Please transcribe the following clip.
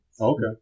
Okay